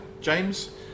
James